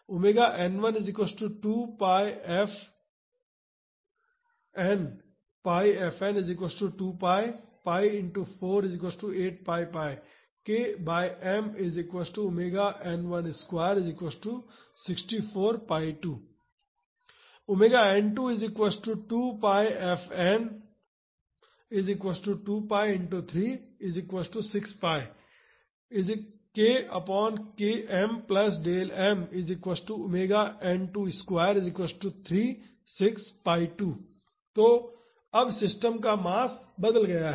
ωn1 2 2 x 4 8 ωn12 64 ωn2 2 2 x 3 6 ωn22 3 तो अब system का मास बदल गया है